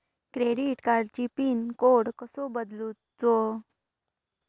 Credit कार्डची pin code कसो बदलुचा?